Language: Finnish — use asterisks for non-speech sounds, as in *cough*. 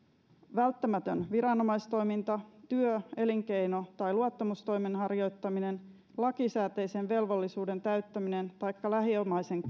välttämätön viranomaistoiminta työ elinkeino tai luottamustoimen harjoittaminen lakisääteisen velvollisuuden täyttäminen taikka lähiomaisen *unintelligible*